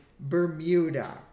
Bermuda